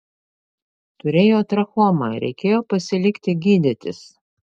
turėjo trachomą reikėjo pasilikti gydytis